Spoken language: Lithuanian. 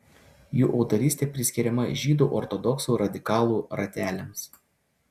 jų autorystė priskiriama žydų ortodoksų radikalų rateliams